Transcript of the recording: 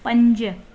पंज